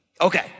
Okay